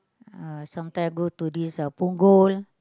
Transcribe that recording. uh sometimes I go to this uh Punggol